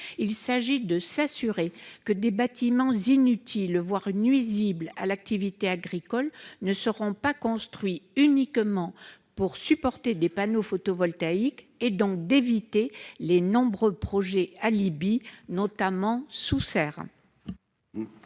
il s'agit de s'assurer que des bâtiments inutiles voire nuisibles à l'activité agricole ne seront pas construits uniquement pour supporter des panneaux photovoltaïques, et donc d'éviter les nombreux projets alibi notamment sous serre.